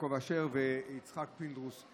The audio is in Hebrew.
יעקב אשר ויצחק פינדרוס,